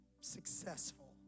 successful